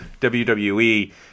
WWE